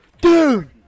Dude